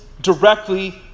directly